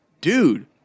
dude